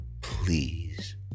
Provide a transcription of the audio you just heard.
please